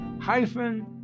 hyphen